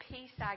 Peace